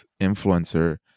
influencer